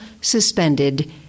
suspended